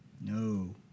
No